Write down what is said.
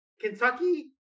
Kentucky